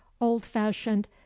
old-fashioned